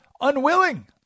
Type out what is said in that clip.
unwilling